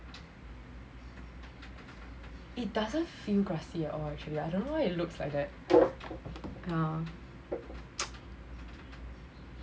it doesn't feel grassy at all actually I don't know it looks like that yeah